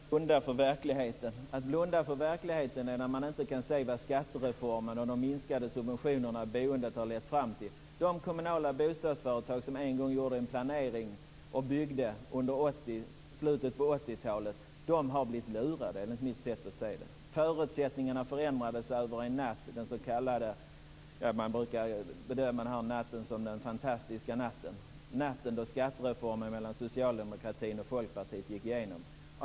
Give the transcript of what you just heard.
Herr talman! Rigmor Ahlstedt, jag skall inte blunda för verkligheten. Att blunda för verkligheten är när man inte kan se vad skattereformen och de minskade subventionerna av boendet har lett fram till. De kommunala bostadsföretag som en gång gjorde en planering och byggde under slutet av 80-talet har blivit lurade, enligt mitt sätt att se. Förutsättningarna förändrades över en natt, den s.k. fantastiska natten, då skattereformen mellan socialdemokratin och Folkpartiet gick igenom.